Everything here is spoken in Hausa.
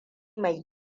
mai